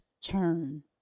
turn